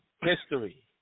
history